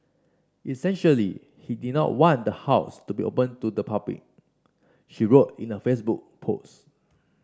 essentially he did not want the house to be open to the public she wrote in a Facebook post